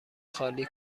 خالی